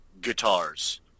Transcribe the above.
guitars